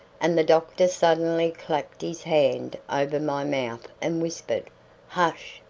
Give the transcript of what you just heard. and the doctor suddenly clapped his hand over my mouth and whispered hush!